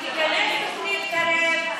תיכנס תוכנית קרב?